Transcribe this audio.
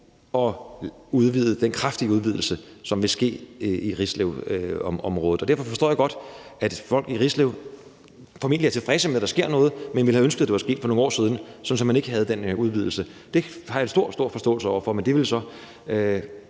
at lave den kraftige udvidelse, som vil ske i Rislevområdet. Derfor forstår jeg godt, at folk i Rislev formentlig er tilfredse med, at der sker noget, men ville have ønsket, at det var sket for nogle år siden, sådan at man ikke havde den her udvidelse. Det har jeg stor, stor forståelse for. Men det hul har